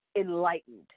enlightened